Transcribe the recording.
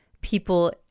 people